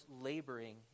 laboring